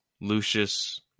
Lucius